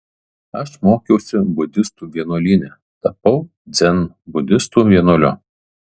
aš mokiausi budistų vienuolyne tapau dzenbudistų vienuoliu